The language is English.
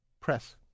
press